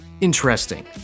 interesting